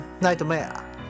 nightmare